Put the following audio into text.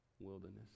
wilderness